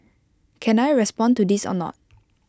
can I respond to this anot